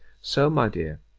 so my dear,